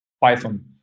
Python